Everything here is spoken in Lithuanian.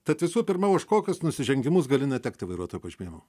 tad visų pirma už kokius nusižengimus gali netekti vairuotojo pažymėjimo